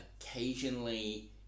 occasionally